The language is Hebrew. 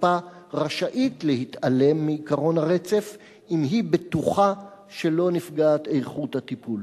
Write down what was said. שהקופה רשאית להתעלם מעקרון הרצף אם היא בטוחה שלא נפגעת איכות הטיפול.